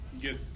get